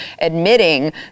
admitting